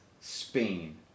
Spain